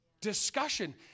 discussion